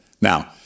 Now